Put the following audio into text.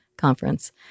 conference